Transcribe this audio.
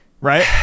Right